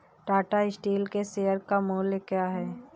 Tata Steel के share का मूल्य क्या है?